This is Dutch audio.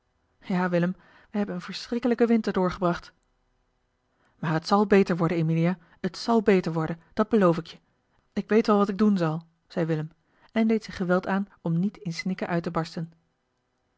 ja willem we hebben een verschrikkelijken winter doorgebracht maar het zal beter worden emilia het zal beter worden dat beloof ik je ik weet wel wat ik doen zal zei willem en deed zich geweld aan om niet in snikken uit te barsten